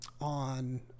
on